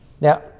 Now